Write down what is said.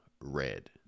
red